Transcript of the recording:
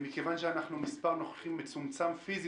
מכיוון שאנחנו עם מספר נוכחים מצומצם פיזית,